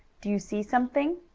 do you see something?